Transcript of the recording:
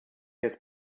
des